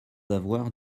avoir